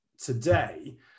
today